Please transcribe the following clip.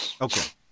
okay